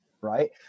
right